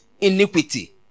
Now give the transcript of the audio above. Iniquity